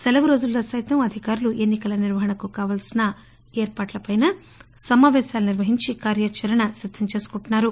సెలవు రోజుల్లో సైతం అధికారులు ఎన్సి కల నిర్వహణకు కావాల్సిన ఏర్పాట్లపై సమాపేశాలు నిర్విహించి కార్యచరణను సిద్దం చేసుకుంటున్నారు